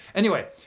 anyway,